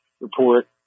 report